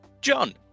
John